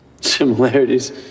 Similarities